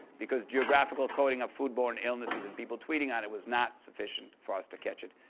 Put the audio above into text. because geographical coding of food-borne illnesses and people tweeting on it was not sufficient for us to catch it,